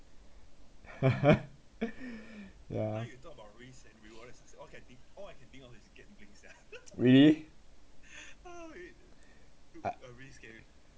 ya really